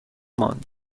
ماند